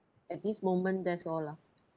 at this moment that's all lah